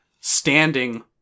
standing